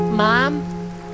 Mom